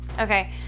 Okay